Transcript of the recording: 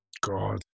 God